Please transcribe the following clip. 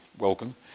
welcome